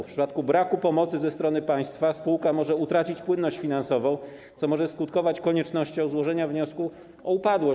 W przypadku braku pomocy ze strony państwa spółka może utracić płynność finansową, co może skutkować koniecznością złożenia wniosku o upadłość.